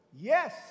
Yes